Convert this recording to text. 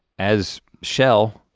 as shall